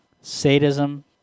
Sadism